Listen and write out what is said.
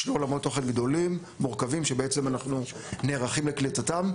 שני עולמות תוכן גדולים ומורכבים שבעצם אנחנו נערכים לקליטתם.